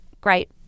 Great